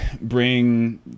bring